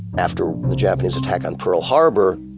after the japanese attack on pearl harbor,